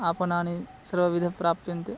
आपणानि सर्वविधानि प्राप्यन्ते